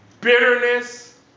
bitterness